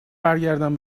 برگردم